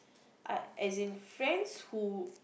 I as in friends who